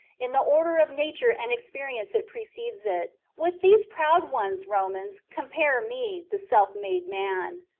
in the order of nature and experience it precedes it. with these proud ones, romans, com pare me, the self-made man.